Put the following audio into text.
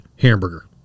hamburger